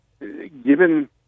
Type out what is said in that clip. given